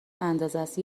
اندازست